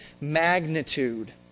magnitude